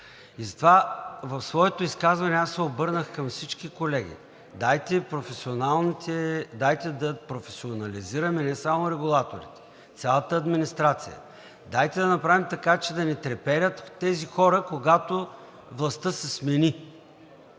И затова в своето изказване аз се обърнах към всички колеги – дайте да професионализираме не само регулаторите, цялата администрация. Дайте да направим така, че да не треперят тези хора, когато властта се смени.